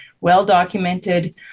well-documented